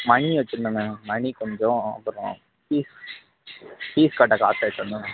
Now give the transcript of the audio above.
மணி வெச்சுருந்தேன் மேம் மணி கொஞ்சம் அப்புறம் ஃபீஸ் ஃபீஸ் கட்ட காசு வெச்சுருந்தேன் மேம்